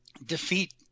Defeat